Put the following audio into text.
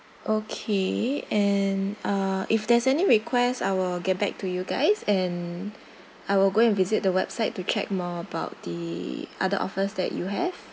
okay and uh if there's any request I will get back to you guys and I will go and visit the website to check more about the other offers that you have